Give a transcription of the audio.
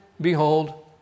behold